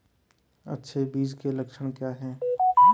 अच्छे बीज के लक्षण क्या हैं?